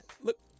Look